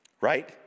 Right